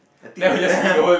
I think the